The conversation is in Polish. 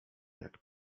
jak